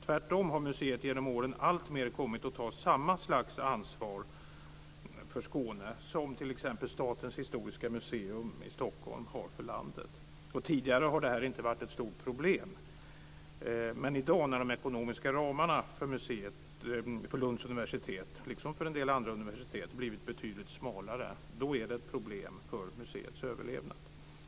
Tvärtom har museet genom åren alltmer kommit att ta samma slags ansvar för Skåne som t.ex. Statens historiska museum i Stockholm har för hela landet. Tidigare har detta inte varit ett stort problem. Men i dag har de ekonomiska ramarna för Lunds universitet, liksom för en del andra universitet, blivit betydligt snävare, och då blir det problem med museets överlevnad.